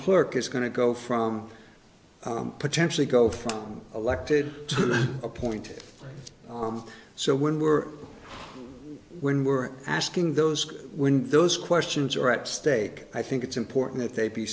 clerk is going to go from potentially go from elected appointed so when we're when we're asking those when those questions are at stake i think it's important that they be